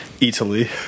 Italy